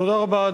תודה רבה.